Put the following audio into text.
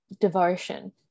devotion